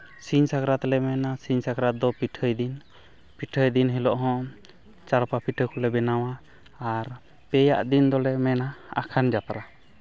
ᱥᱤᱧ ᱥᱟᱠᱨᱟᱛᱞᱮ ᱢᱮᱱᱟ ᱥᱤᱧ ᱥᱟᱠᱨᱟᱛ ᱫᱚ ᱯᱤᱴᱷᱟᱹᱭ ᱫᱤᱱ ᱯᱤᱴᱷᱟᱹᱭ ᱫᱤᱱ ᱦᱤᱞᱳᱜ ᱦᱚᱸ ᱪᱟᱬᱯᱟ ᱯᱤᱴᱷᱟᱹ ᱠᱚᱞᱮ ᱵᱮᱱᱟᱣᱟ ᱟᱨ ᱯᱮᱭᱟᱜ ᱫᱤᱱ ᱫᱚᱞᱮ ᱢᱮᱱᱟ ᱟᱠᱷᱟᱱ ᱡᱟᱛᱨᱟ